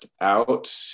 out